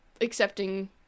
accepting